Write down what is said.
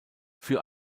für